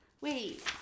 Wait